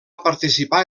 participar